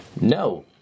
No